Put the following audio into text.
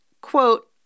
quote